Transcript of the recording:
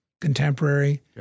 contemporary